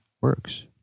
works